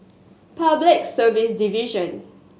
Public Service Division